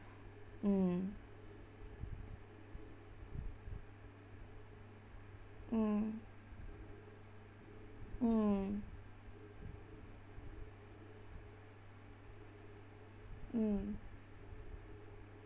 mm mm mm mm